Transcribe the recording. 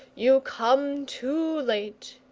you come too late!